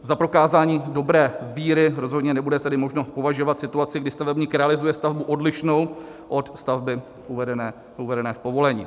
Za prokázání dobré víry rozhodně nebude tedy možno považovat situaci, kdy stavebník realizuje stavbu odlišnou od stavby uvedené v povolení.